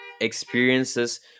experiences